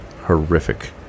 horrific